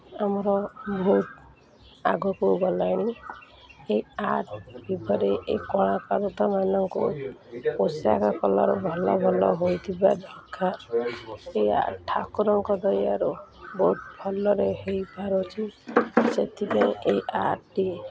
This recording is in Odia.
ଆମର ବହୁତ ଆଗକୁ ଗଲାଣି ଏ ଆର୍ଟ୍ ଭପରେ ଏ କଳାକାର ତାମାନଙ୍କୁ ପୋଷାକ କଲର୍ ଭଲ ଭଲ ହୋଇଥିବା ଦରକାର ଏ ଆର୍ଟ୍ ଠାକୁରଙ୍କ ଦୟାରୁ ବହୁତ ଭଲରେ ହୋଇପାରୁଛିି ସେଥିପାଇଁ ଏଇ ଆର୍ଟ୍ଟି